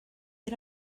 era